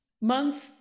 month